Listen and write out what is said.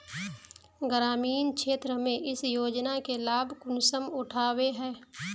ग्रामीण क्षेत्र में इस योजना के लाभ कुंसम उठावे है?